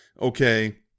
okay